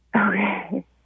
Okay